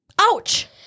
ouch